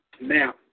Now